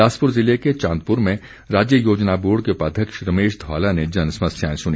बिलासपुर ज़िले चांदपुर में राज्य योजना बोर्ड के उपाध्यक्ष रमेश धवाला ने जन समस्याएं सुनी